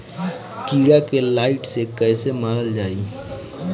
कीड़ा के लाइट से कैसे मारल जाई?